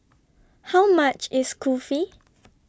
How much IS Kulfi